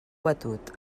batut